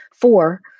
four